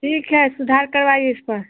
ठीक है सुधार कराएं इस पर